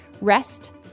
Rest